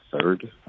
third